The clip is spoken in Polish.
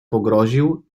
pogroził